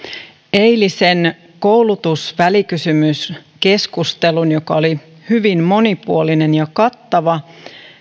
eilisen koulutusvälikysymyskeskustelun jälkeen joka oli hyvin monipuolinen ja kattava